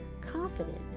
confident